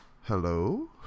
hello